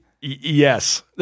Yes